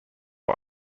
are